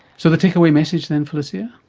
so the takeaway message then felicia?